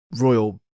royal